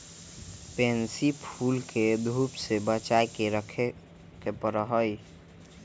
pansy फूल के धूप से बचा कर रखे पड़ा हई